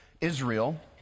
Israel